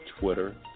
Twitter